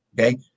Okay